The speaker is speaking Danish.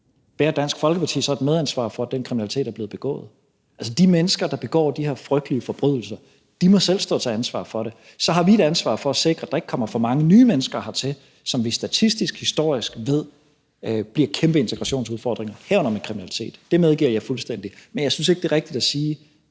Bærer Danske Folkeparti så et medansvar for, at den kriminalitet er blevet begået? Altså, de mennesker, der begår de her frygtelige forbrydelser, må selv stå til ansvar for dem. Så har vi et ansvar for at sikre, at der ikke kommer for mange nye mennesker hertil, som vi statistisk historisk ved bliver kæmpe integrationsudfordringer, herunder med kriminalitet. Det medgiver jeg fuldstændig. Men jeg synes ikke, det er rigtigt at sige,